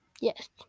Yes